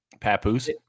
Papoose